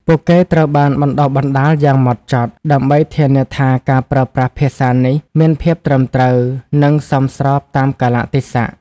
ពួកគេត្រូវបានបណ្តុះបណ្តាលយ៉ាងហ្មត់ចត់ ដើម្បីធានាថាការប្រើប្រាស់ភាសានេះមានភាពត្រឹមត្រូវ និងសមស្របតាមកាលៈទេសៈ។